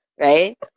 Right